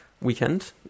weekend